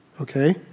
Okay